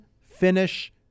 finish